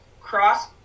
Cross